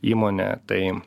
įmonę tai